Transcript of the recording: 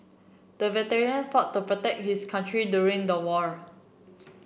the veteran fought to protect his country during the war